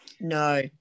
No